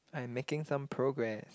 I'm making some progress